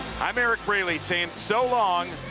i'm eric brayly saying so long.